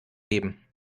geben